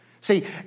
See